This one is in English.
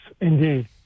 indeed